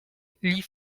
lit